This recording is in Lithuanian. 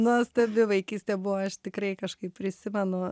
nuostabi vaikystė buvo aš tikrai kažkaip prisimenu